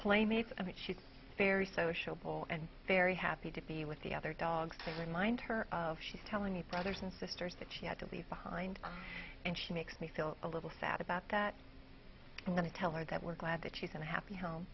playmates and she's very sociable and very happy to be with the other dogs i remind her of she's telling the brothers and sisters that she had to leave behind and she makes me feel a little sad about that and then tell her that we're glad that she's in a happy home